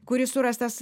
kuris surastas